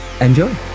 enjoy